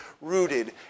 rooted